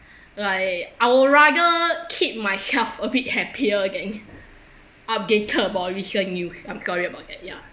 like I would rather keep myself a bit happier than updated about recent news I'm sorry about that ya